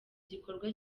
gikorwa